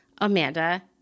amanda